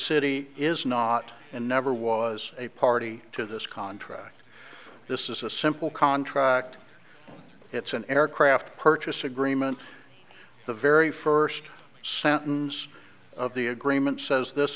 city is not and never was a party to this contract this is a simple contract it's an aircraft purchase agreement the very first sentence of the agreement says this